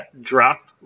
dropped